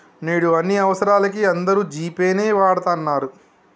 నేడు అన్ని అవసరాలకీ అందరూ జీ పే నే వాడతన్నరు